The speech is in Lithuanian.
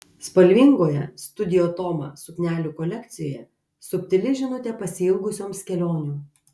spalvingoje studio toma suknelių kolekcijoje subtili žinutė pasiilgusioms kelionių